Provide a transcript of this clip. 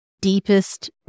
deepest